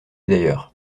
d’ailleurs